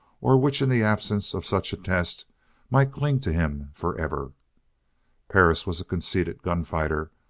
or which in the absence of such a test might cling to him forever perris was a conceited gun-fighter,